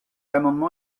amendement